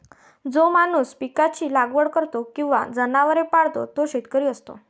जो माणूस पिकांची लागवड करतो किंवा जनावरे पाळतो तो शेतकरी असतो